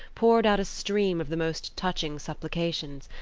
poured out a stream of the most touching supplications,